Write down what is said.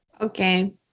Okay